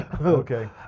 Okay